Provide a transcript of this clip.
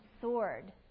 sword